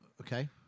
Okay